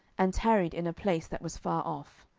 and tarried in a place that was far off.